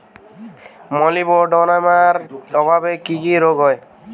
মলিবডোনামের অভাবে কি কি রোগ হয়?